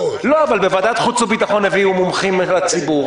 בוועדת החוץ והביטחון הביאו מומחים לבריאות הציבור,